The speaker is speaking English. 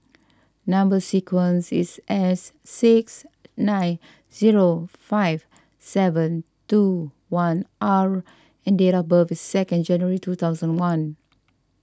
Number Sequence is S six nine zero five seven two one R and date of birth is second January two thousand one